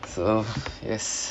so yes